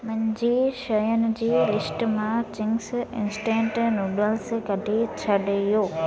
मुंहिंजी शयुनि जी लिस्ट मां चिंग्स इंस्टेंट नूडल्स कढी छॾियो